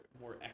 more